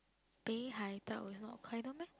北海道 is not Hokkaido meh